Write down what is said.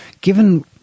Given